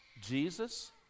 Jesus